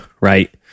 right